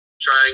trying